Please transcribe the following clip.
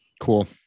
Cool